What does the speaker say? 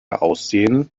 aussehen